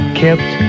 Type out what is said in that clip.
kept